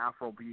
Afrobeat